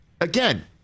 Again